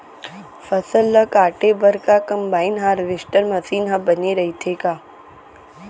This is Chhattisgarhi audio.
फसल ल काटे बर का कंबाइन हारवेस्टर मशीन ह बने रइथे का?